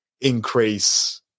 increase